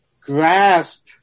grasp